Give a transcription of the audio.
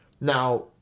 now